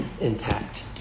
intact